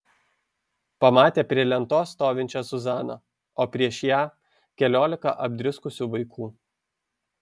pamatė prie lentos stovinčią zuzaną o prieš ją keliolika apdriskusių vaikų